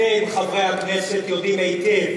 אתם, חברי הכנסת, יודעים היטב